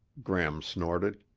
gram snorted.